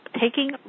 taking